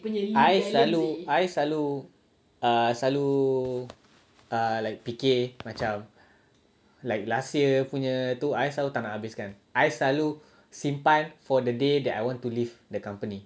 I selalu I selalu err selalu like fikir macam like last year punya tu I selalu tak nak habiskan I selalu simpan for the day that I want to leave the company